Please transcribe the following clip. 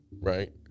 Right